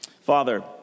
Father